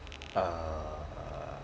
err